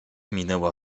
minęła